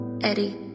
Eddie